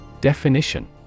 Definition